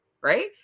Right